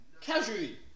Casually